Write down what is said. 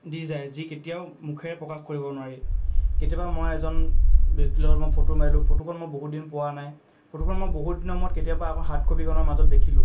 দি যায় যি কেতিয়াও মুখেৰে প্ৰকাশ কৰিব নোৱাৰি কেতিয়াবা মই এজন ব্য়ক্তিৰ লগত মই ফটো মাৰিলোঁ ফটোখন মই বহুত দিন পোৱা নাই ফটোখন মই বহুত দিনৰ মূৰত কেতিয়াবা আকৌ হাৰ্ডকপীখনৰ মাজত দেখিলোঁ